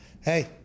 hey